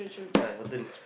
ya your turn